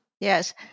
Yes